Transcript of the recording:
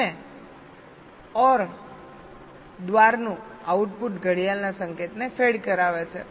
અને ગેટનું આઉટપુટ ઘડિયાળના સંકેતને ફેડ કરાવે છે